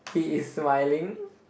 he is smiling